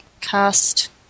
cast